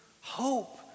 Hope